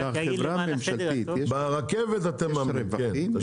ברכבת אתם מממנים.